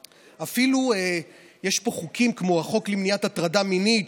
אפילו יש פה חוקים כמו החוקים למניעת הטרדה מינית,